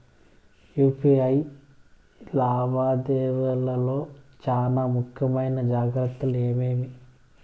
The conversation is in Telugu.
యు.పి.ఐ లావాదేవీల లో చానా ముఖ్యమైన జాగ్రత్తలు ఏమేమి?